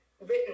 written